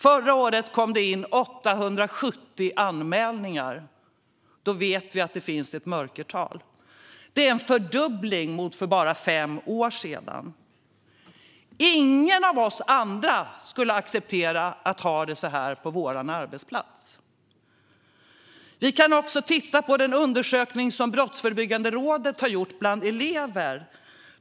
Förra året kom det in 870 anmälningar, och då vet vi att det finns ett mörkertal. Det är en fördubbling mot för bara fem år sedan. Ingen av oss andra skulle acceptera att ha det så här på vår arbetsplats. Vi kan också titta på den undersökning som Brottsförebyggande rådet har gjort bland elever.